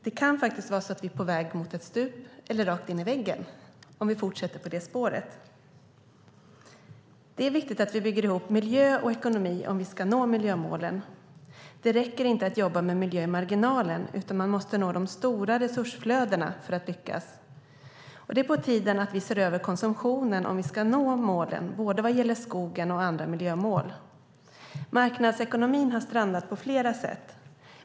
Det kan faktiskt vara så att vi är på väg mot ett stup eller rakt in i väggen om vi fortsätter på det spåret. Det är viktigt att vi bygger ihop miljö och ekonomi om vi ska nå miljömålen. Det räcker inte att jobba med miljö i marginalen, utan man måste nå de stora resursflödena för att lyckas. Det är på tiden att vi ser över konsumtionen om vi ska nå målen vad gäller skogen samt andra miljömål. Marknadsekonomin har strandat på flera sätt.